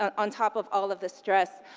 on on top of all of the stress.